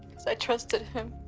cause i trusted him.